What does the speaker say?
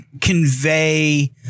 convey